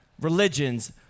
religions